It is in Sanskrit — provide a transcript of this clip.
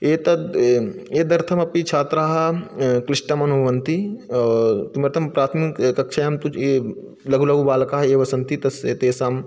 एतद् ए एतदर्थमपि छात्राः क्लिष्टमनुभवन्ति किमर्थं प्राथमिक ए कक्षायां तु ये लघु लघुबालकाः ये वसन्ति तस्य तेषां